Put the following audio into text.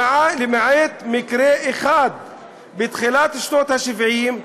למעט מקרה אחד מתחילת שנות ה-70,